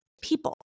people